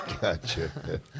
Gotcha